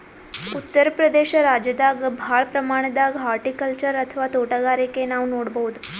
ಉತ್ತರ್ ಪ್ರದೇಶ ರಾಜ್ಯದಾಗ್ ಭಾಳ್ ಪ್ರಮಾಣದಾಗ್ ಹಾರ್ಟಿಕಲ್ಚರ್ ಅಥವಾ ತೋಟಗಾರಿಕೆ ನಾವ್ ನೋಡ್ಬಹುದ್